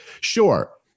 Sure